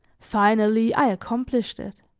finally, i accomplished it.